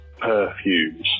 Perfumes